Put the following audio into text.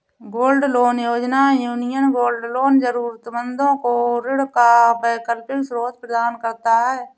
gold loan योजना, union gold loan जरूरतमंदों को ऋण का वैकल्पिक स्रोत प्रदान करता है